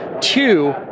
Two